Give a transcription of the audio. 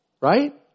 Right